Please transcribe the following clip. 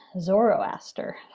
Zoroaster